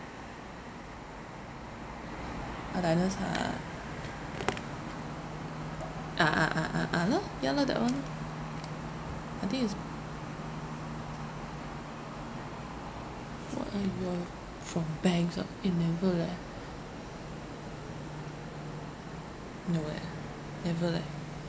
ah Diners ah ah ah ah ah ah lor ya lor that one lor I think is from banks ah eh never leh no eh never leh